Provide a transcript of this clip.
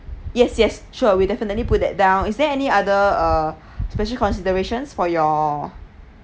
yes yes sure we definitely put that down is there any other err special considerations for your